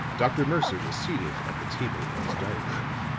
dr. mercer was seated at the table in his dining-room.